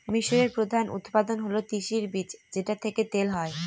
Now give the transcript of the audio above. মিশরের প্রধান উৎপাদন হল তিসির বীজ যেটা থেকে তেল হয়